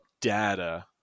data